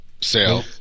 sale